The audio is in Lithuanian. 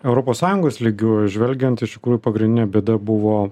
europos sąjungos lygiu žvelgiant iš tikrųjų pagrindinė bėda buvo